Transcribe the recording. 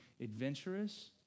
adventurous